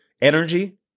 Energy